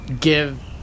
give